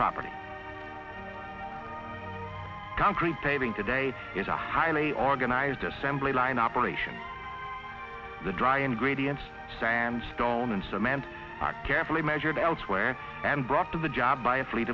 properly country paving today is a highly organized assembly line operation the dry ingredients sandstone and cement are carefully measured elsewhere and brought to the job by a fleet